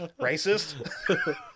racist